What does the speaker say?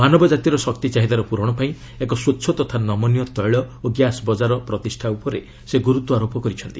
ମାନବ ଜାତିର ଶକ୍ତି ଚାହିଦାର ପୂରଣ ପାଇଁ ଏକ ସ୍ୱଚ୍ଚ ତଥା ନମନୀୟ ତୈଳ ଓ ଗ୍ୟାସ୍ ବଜାର ପ୍ରତିଷ୍ଠା ଉପରେ ସେ ଗୁରୁତ୍ୱ ଆରୋପ କରିଛନ୍ତି